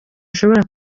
ashobora